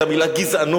את המלה "גזענות",